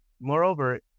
moreover